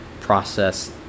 process